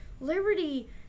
Liberty